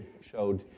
showed